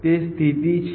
તે સ્થિત છે